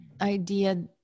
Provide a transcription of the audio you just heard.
idea